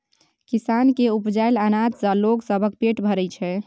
किसान केर उपजाएल अनाज सँ लोग सबक पेट भरइ छै